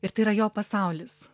ir tai yra jo pasaulis